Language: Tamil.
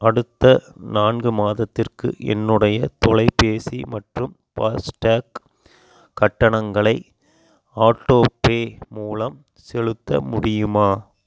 அடுத்த நான்கு மாதத்திற்கு என்னுடைய தொலைபேசி மற்றும் பாஸ்டேக் கட்டணங்களை ஆட்டோபே மூலம் செலுத்த முடியுமா